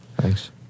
thanks